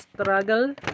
struggle